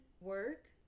work